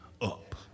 up